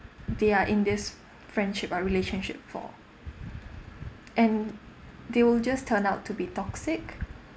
they are in this friendship or relationship for and they will just turn out to be toxic